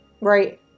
Right